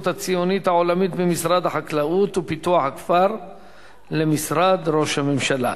הציונית העולמית ממשרד החקלאות ופיתוח הכפר למשרד ראש הממשלה.